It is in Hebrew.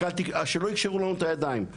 רק שלא יקשרו לנו את הידיים,